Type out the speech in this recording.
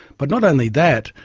but not only that,